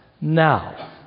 Now